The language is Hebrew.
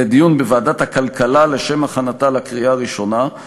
לדיון בוועדת הכלכלה לשם הכנתה לקריאה הראשונה.